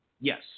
Yes